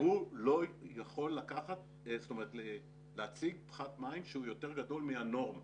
הוא לא יכול להציג פחת מים שהוא יותר גדול מהנורמה,